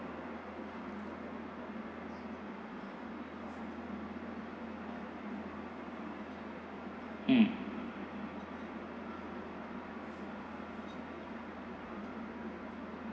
mm